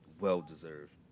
well-deserved